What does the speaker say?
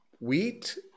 wheat